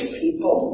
people